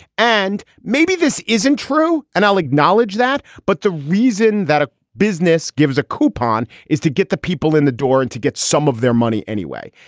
and maybe this isn't true. and i'll acknowledge that. but the reason that a business gives a coupon is to get the people in the door and to get some of their money anyway.